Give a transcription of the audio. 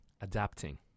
adapting